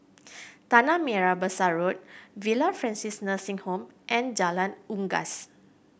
Tanah Merah Besar Road Villa Francis Nursing Home and Jalan Unggas